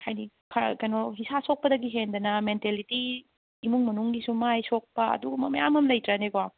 ꯍꯥꯏꯗꯤ ꯐꯔꯛ ꯀꯩꯅꯣ ꯏꯁꯥ ꯁꯣꯛꯄꯗꯒꯤ ꯍꯦꯟꯗꯅ ꯃꯦꯟꯇꯦꯂꯤꯇꯤ ꯏꯃꯨꯡ ꯃꯅꯨꯡꯒꯤꯁꯨ ꯃꯥꯏ ꯁꯣꯛꯄ ꯑꯗꯨꯒꯨꯝꯕ ꯃꯌꯥꯝ ꯑꯃ ꯂꯩꯇ꯭ꯔꯅꯦꯀꯣ